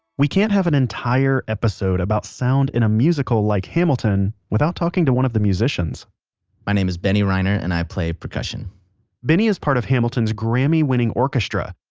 we can't have an entire episode about sound in a musical like hamilton without talking to one of the musicians my name is benny reiner and i play percussion benny is part of hamilton's grammy-winning orchestra.